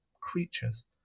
creatures